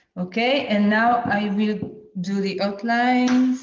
okay. and now i will do the outline